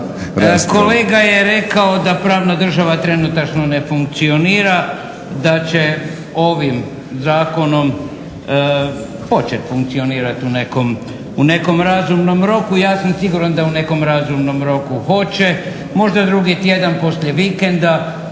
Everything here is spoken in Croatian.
Kolega je rekao da pravna država trenutačno ne funkcionira, da će ovim zakonom hoće funkcionirati u nekom razumnom roku. Ja sam siguran da u nekom razumnom roku hoće, možda drugi tjedan poslije vikenda,